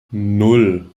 nan